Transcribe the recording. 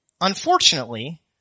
unfortunately